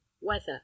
Weather